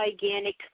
gigantic